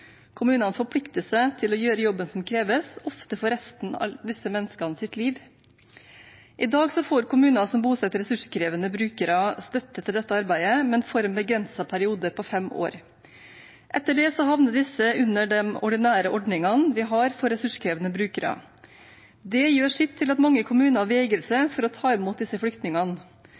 Kommunene forplikter seg til å gjøre jobben som kreves, ofte for resten av disse menneskenes liv. I dag får kommuner som bosetter ressurskrevende brukere, støtte til dette arbeidet, men for en begrenset periode på fem år. Etter det havner disse under de ordinære ordningene vi har for ressurskrevende brukere. Det gjør sitt til at mange kommuner vegrer seg for å ta imot disse flyktningene.